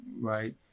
right